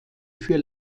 für